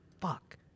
fuck